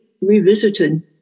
revisited